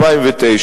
2009,